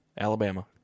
Alabama